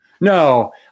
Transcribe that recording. No